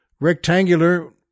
rectangular